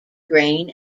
grain